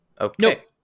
Okay